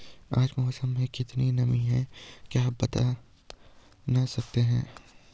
आज मौसम में कितनी नमी है क्या आप बताना सकते हैं?